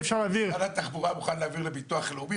משרד התחבורה מוכן להעביר לביטוח הלאומי?